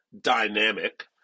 dynamic